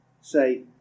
say